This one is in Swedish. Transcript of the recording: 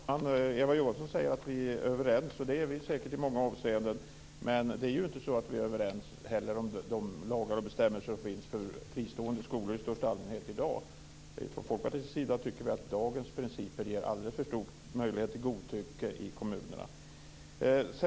Fru talman! Eva Johansson säger att vi är överens, och det är vi säkert i många avseenden. Men vi är inte överens om de lagar och bestämmelser som i dag finns för fristående skolor i största allmänhet. Vi i Folkpartiet tycker att dagens principer ger möjligheter till godtycke i kommunerna.